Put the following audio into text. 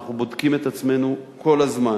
אנחנו בודקים את עצמנו כל הזמן.